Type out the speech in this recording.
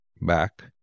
back